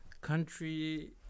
Country